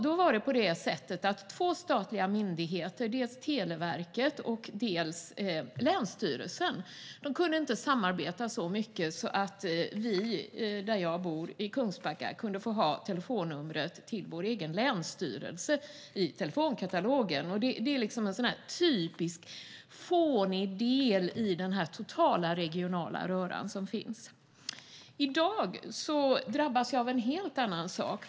Då var det på det sättet att två statliga myndigheter, Televerket och länsstyrelsen, inte kunde samarbeta så mycket att vi i Kungsbacka kunde få ha telefonnumret till vår egen länsstyrelse i telefonkatalogen. Det är en sådan typisk, fånig del i den totala regionala röra som finns. I dag drabbas vi av en helt annan sak.